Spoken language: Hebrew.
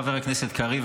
חבר הכנסת קריב.